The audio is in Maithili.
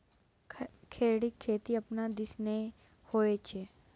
खेढ़ीक खेती अपना दिस नै होए छै